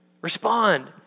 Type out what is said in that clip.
respond